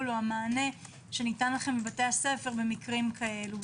או המענה שניתן לכם בבתי הספר למקרים כאלה.